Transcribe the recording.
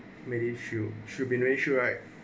medishield should be ratio right